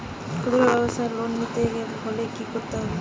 খুদ্রব্যাবসায় লোন নিতে হলে কি করতে হবে?